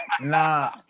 Nah